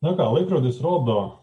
na ką laikrodis rodo